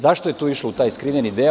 Zašto je to išlo u taj skriveni deo?